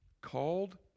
Called